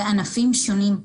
בענפים שונים.